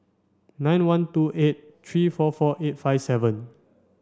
nine one two eight three four four eight five seven